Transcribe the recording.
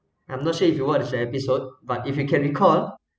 I'm not sure if you watch the episode but if you can record